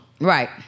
Right